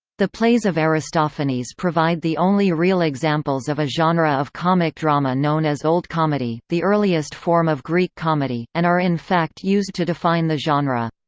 the plays of aristophanes provide the only real examples of a genre of comic drama known as old comedy, the earliest form of greek comedy, and are in fact used to define the genre.